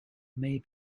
may